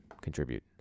contribute